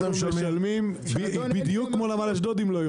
אנחנו משלמים בדיוק כמו נמל אשדוד אם לא יותר.